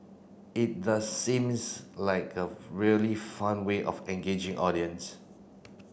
it does seems like a really fun way of engaging audience